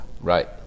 Right